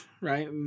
right